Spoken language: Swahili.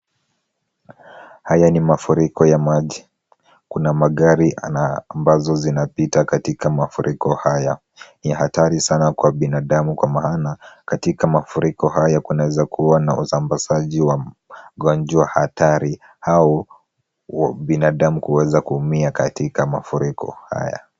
Haya ni mafuriko ya maji. Kuna magari ambazo zinapita katika mafuriko haya. Ni hatari sana kwa binadamu kwa maana katika mafuriko haya kunaweza kuwa na uzambazaji wa magonjwa hatari au binadamu kuweza kuumia katika mafuriko haya.